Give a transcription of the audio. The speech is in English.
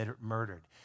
murdered